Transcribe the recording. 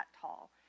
tall